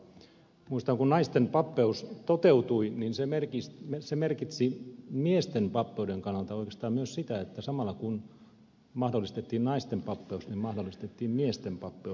muistan että kun naisten pappeus toteutui se merkitsi miesten pappeuden kannalta oikeastaan myös sitä että samalla kun mahdollistettiin naisten pappeus niin mahdollistettiin miesten pappeus